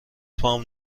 پام